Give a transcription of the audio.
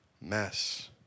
mess